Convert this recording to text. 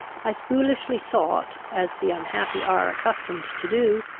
i foolishly thought, as the unhappy are accustomed to do,